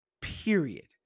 Period